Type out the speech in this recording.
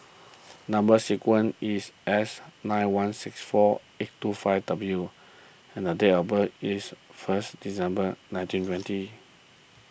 Number Sequence is S nine one six four eight two five W and the date of birth is first December nineteen twenty